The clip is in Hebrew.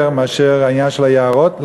יותר מאשר העניין של היערות,